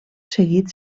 seguit